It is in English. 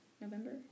November